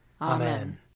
Amen